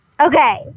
Okay